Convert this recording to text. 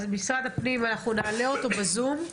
משרד הפנים, אנחנו נעלה אותו בזום.